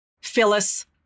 Phyllis